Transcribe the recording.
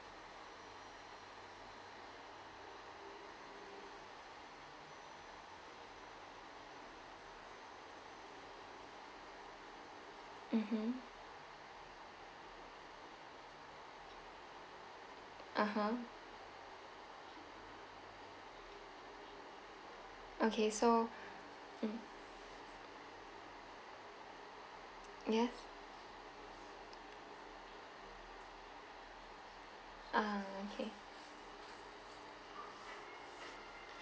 mmhmm (uh huh) okay so mm yes ah okay